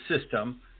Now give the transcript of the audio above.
system